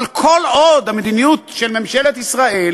אבל כל עוד המדיניות של ממשלת ישראל